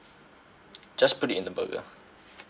just put it in the burger